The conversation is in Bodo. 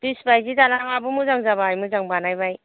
ब्रिज बायदि दालाङाबो मोजां जाबाय मोजां बानायबाय